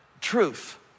truth